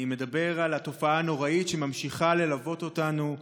אני מדבר על התופעה הנוראית שממשיכה ללוות אותנו,